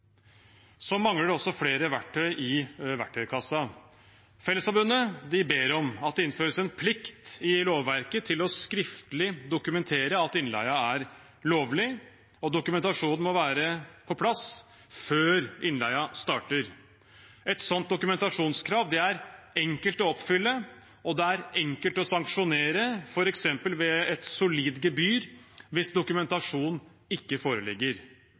Så mangler det også flere verktøy i verktøykassa. Fellesforbundet ber om at det innføres en plikt i lovverket til skriftlig å dokumentere at innleie er lovlig, og dokumentasjonen må være på plass før innleie starter. Et sånt dokumentasjonskrav er enkelt å oppfylle, og det er enkelt å sanksjonere, f.eks. ved et solid gebyr, hvis dokumentasjonen ikke foreligger.